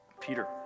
Peter